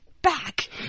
back